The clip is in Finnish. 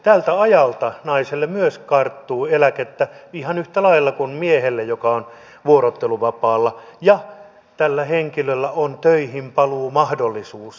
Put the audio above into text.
tältä ajalta naiselle myös karttuu eläkettä ihan yhtä lailla kuin miehelle joka on vuorotteluvapaalla ja tällä henkilöllä on töihinpaluumahdollisuus